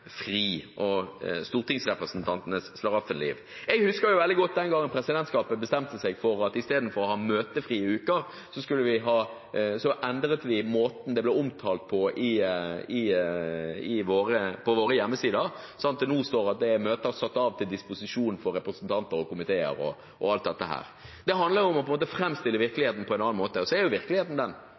og stortingsrepresentantenes slaraffenliv: Jeg husker veldig godt den gangen presidentskapet bestemte seg for at i stedet for å ha «møtefrie uker», så endret vi måten dette ble omtalt på på våre hjemmesider, slik at det nå står at disse ukene er «til disposisjon for komitémøter» etc. Det handler om å framstille virkeligheten på en annen måte, og virkeligheten er jo den